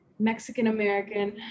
Mexican-American